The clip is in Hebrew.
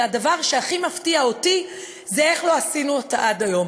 שהדבר שהכי מפתיע אותי זה איך לא עשינו אותה עד היום.